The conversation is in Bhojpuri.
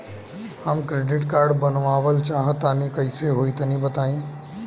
हम क्रेडिट कार्ड बनवावल चाह तनि कइसे होई तनि बताई?